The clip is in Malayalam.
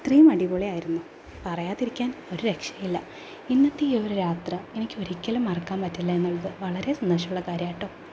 അത്രയും അടിപൊളിയായിരുന്നു പറയാതിരിക്കാൻ ഒരു രക്ഷയില്ല ഇന്നത്തെ ഈ ഒരു യാത്ര എനിക്കൊരിക്കലും മറക്കാൻ പറ്റില്ല എന്നുള്ളത് വളരെ സന്തോഷമുള്ള കാര്യമാണ് കേട്ടോ